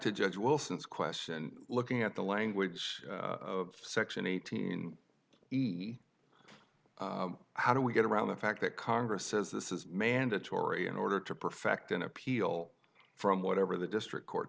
to judge wilson's question looking at the language section eight how do we get around the fact that congress says this is mandatory in order to perfect an appeal from whatever the district court